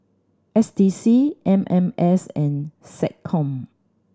S D C M M S and SecCom